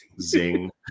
Zing